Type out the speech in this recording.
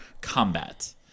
combat